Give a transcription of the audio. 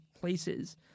places